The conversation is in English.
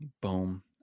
Boom